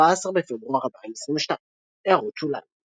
14 בפברואר 2022 == הערות שוליים ==